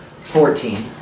Fourteen